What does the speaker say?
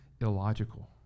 illogical